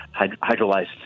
hydrolyzed